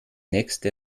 nächste